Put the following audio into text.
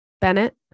Bennett